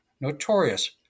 notorious